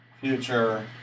future